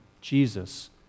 Jesus